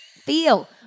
feel